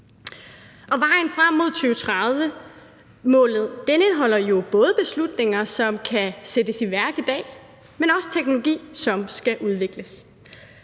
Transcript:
Vejen frem mod 2030-målet indeholder jo både beslutninger, som kan sættes i værk i dag, men også teknologi, som skal udvikles.